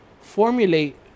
formulate